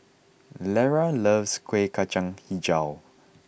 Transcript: Lera loves Kueh Kacang HiJau